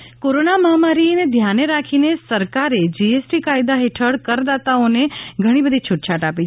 જી ST corona મહામારીએ ધ્યાને રાખીને સરકારે જીએસટી કાયદા હેઠળ કરદાતાઓને ઘણી બધી છુટછાટ આપી છે